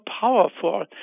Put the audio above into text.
powerful